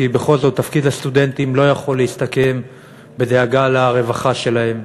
כי בכל זאת תפקיד הסטודנטים לא יכול להסתכם בדאגה לרווחה שלהם.